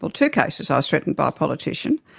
two cases i was threatened by a politician,